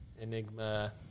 Enigma